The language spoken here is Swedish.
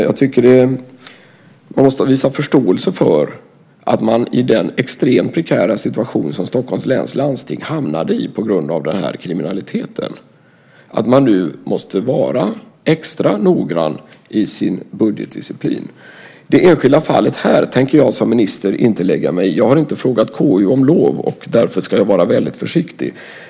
Jag tycker att man måste visa förståelse för att man nu, i den extremt prekära situation som Stockholms läns landsting hamnade i på grund av den här kriminaliteten, måste vara extra noggrann i sin budgetdisciplin. Det enskilda fallet här tänker jag som minister inte lägga mig i. Jag har inte frågat KU om lov, och därför ska jag vara väldigt försiktig.